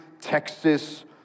Texas